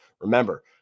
Remember